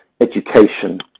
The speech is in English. education